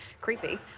Creepy